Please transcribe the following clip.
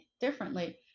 differently